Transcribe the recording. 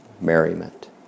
merriment